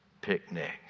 picnic